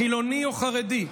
חילוני או חרדי,